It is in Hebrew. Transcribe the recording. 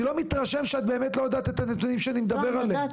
אני לא מתרשם שאת באמת לא יודעת את הנתונים שאני מדבר עליהם.